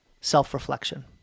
self-reflection